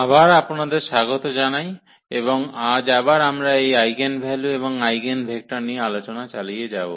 আবার আপনাদের স্বাগত জানাই এবং আজ আবার আমরা এই আইগেনভ্যালু এবং আইগেনভেক্টর নিয়ে আলোচনা চালিয়ে যাব